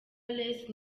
knowless